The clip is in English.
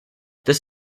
this